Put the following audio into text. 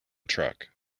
truck